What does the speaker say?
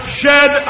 shed